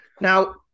now